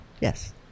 Yes